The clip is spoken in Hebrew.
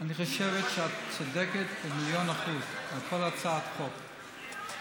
אני חושב שאת צודקת במיליון אחוז בכל הצעת החוק,